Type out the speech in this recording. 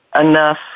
enough